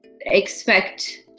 expect